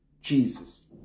Jesus